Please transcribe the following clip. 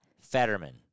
Fetterman